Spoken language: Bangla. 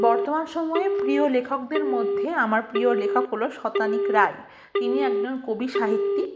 বর্তমান সময়ে প্রিয় লেখকদের মধ্যে আমার প্রিয় লেখক হলো শতানিক রায় তিনি একজন কবি সাহিত্যিক